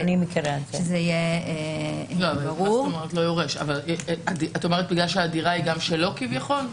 את אומרת בגלל שהדירה היא גם שלו כביכול?